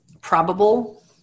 probable